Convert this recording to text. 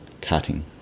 cutting